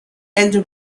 elder